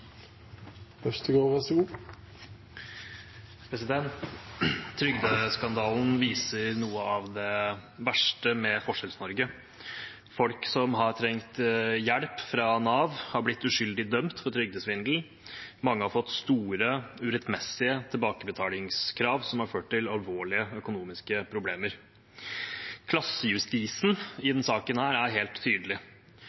Trygdeskandalen viser noe av det verste med Forskjells-Norge. Folk som har trengt hjelp fra Nav, har blitt uskyldig dømt for trygdesvindel. Mange har fått store, urettmessige tilbakebetalingskrav som har ført til alvorlige økonomiske problemer. Klassejustisen i